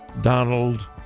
Donald